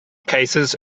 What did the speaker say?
cases